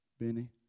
Benny